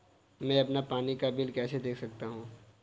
मैं अपना पानी का बिल कैसे देख सकता हूँ?